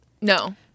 No